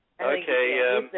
Okay